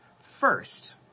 first